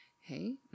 Hey